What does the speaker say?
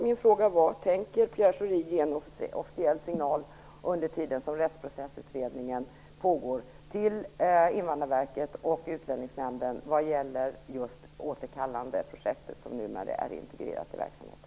Min fråga var: Tänker Pierre Schori, under den tid som Rättsprocessutredningen pågår, ge en officiell signal till Invandrarverket och Utlänningsnämnden när det gäller återkallandeprojektet, som numera är integrerat i verksamheten?